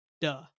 duh